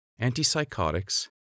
antipsychotics